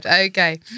Okay